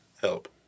help